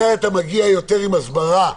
מתי אתה מגיע יותר עם הסברה,